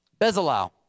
Bezalel